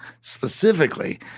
specifically